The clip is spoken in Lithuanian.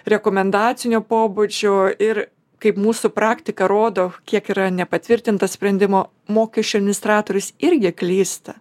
rekomendacinio pobūdžio ir kaip mūsų praktika rodo kiek yra nepatvirtintas sprendimo mokesčių administratorius irgi klysta